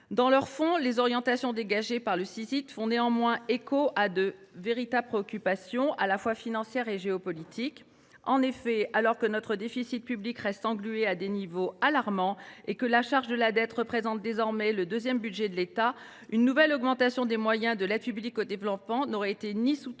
Sur le fond, les orientations dégagées par le Cicid font néanmoins écho à de véritables préoccupations financières et géopolitiques. Alors que notre déficit public reste englué à des niveaux alarmants et que la charge de la dette constitue désormais le deuxième budget de l’État, une nouvelle augmentation des moyens consacrés à l’aide publique au développement n’aurait été ni soutenable